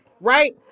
right